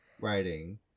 writing